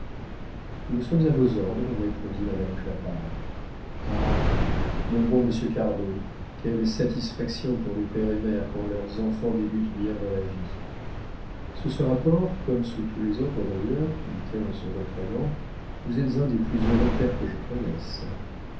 nous sommes à vos ordres répondit madame clapart ah mon bon monsieur cardot quelle satisfaction pour des pères et mères quand leurs enfants débutent bien dans la vie sous ce rapport comme sous tous les autres d'ailleurs dit-elle en se reprenant vous êtes un des plus heureux pères que je connaisse